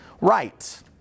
right